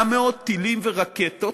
כ-11,800 טילים ורקטות,